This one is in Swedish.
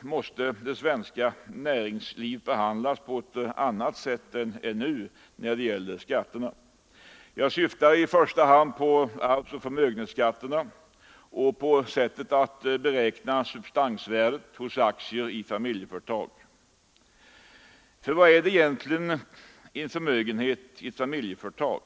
måste det svenska näringslivet behandlas på ett annat sätt än nu när det gäller skatterna. Jag syftar i första hand på arvsoch förmögenhetsskatterna och på sättet att beräkna substansvärdet hos aktier i familjeföretag. Vad är egentligen en förmögenhet i ett familjeföretag?